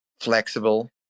flexible